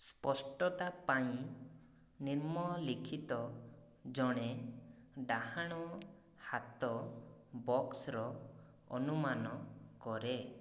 ସ୍ପଷ୍ଟତା ପାଇଁ ନିମ୍ନଲିଖିତ ଜଣେ ଡାହାଣ ହାତ ବକ୍ସ୍ର ଅନୁମାନ କରେ